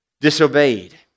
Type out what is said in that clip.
disobeyed